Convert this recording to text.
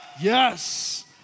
Yes